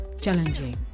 Challenging